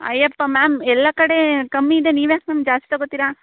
Ayyappa ma'am ಎಲ್ಲ ಕಡೆ ಕಮ್ಮಿ ಇದೆ ನೀವು ಯಾಕೆ ಮ್ಯಾಮ್ ಜಾಸ್ತಿ ತೊಗೊತೀರಾ